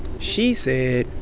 she said,